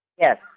Yes